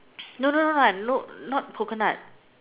no no no not not coconut